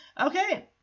Okay